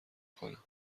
کنم